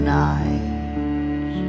night